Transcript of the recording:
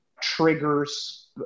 triggers